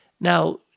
Now